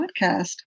podcast